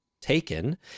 taken